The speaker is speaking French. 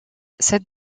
cette